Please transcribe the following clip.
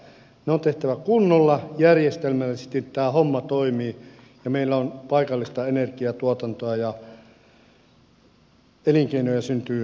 ne on tehtävä kunnolla järjestelmällisesti että tämä homma toimii ja meillä on paikallista energiantuotantoa ja siitä syntyy elinkeinoja maaseudulle